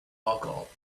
alcohol